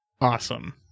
Awesome